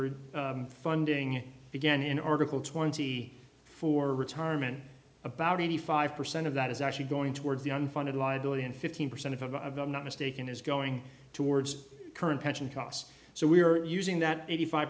are funding began in article twenty four retirement about eighty five percent of that is actually going towards the unfunded liability and fifteen percent of i'm not mistaken is going towards current pension costs so we're using that eighty five